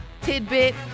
tidbit